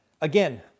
Again